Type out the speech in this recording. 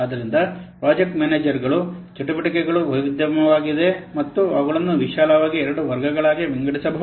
ಆದ್ದರಿಂದ ಪ್ರಾಜೆಕ್ಟ್ ಮ್ಯಾನೇಜರ್ಗಳ ಚಟುವಟಿಕೆಗಳು ವೈವಿಧ್ಯಮಯವಾಗಿವೆ ಮತ್ತು ಅವುಗಳನ್ನು ವಿಶಾಲವಾಗಿ ಎರಡು ವರ್ಗಗಳಾಗಿ ವಿಂಗಡಿಸಬಹುದು